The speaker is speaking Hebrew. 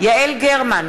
יעל גרמן,